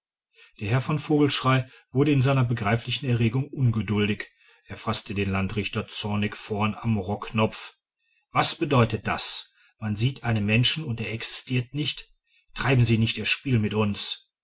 der herr von vogelschrey wurde in seiner begreiflichen erregung ungeduldig er faßte den landrichter zornig vorn am rockknopf was bedeutet das man sieht einen menschen und er existiert nicht treiben sie nicht ihr spiel mit uns